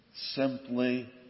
Simply